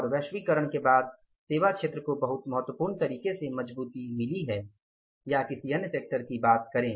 और वैश्वीकरण के बाद सेवा क्षेत्र को बहुत महत्वपूर्ण तरीके से मजबूती मिली है या किसी अन्य सेक्टर की बात करें